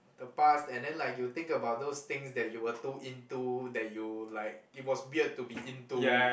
the past and then like you think about those things that you were too into that you were like it was weird to be into